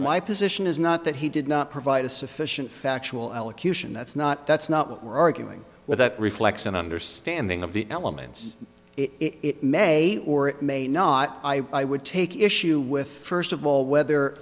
my position is not that he did not provide a sufficient factual elocution that's not that's not what we're arguing with that reflects an understanding of the elements it may or may not i would take issue with first of all whether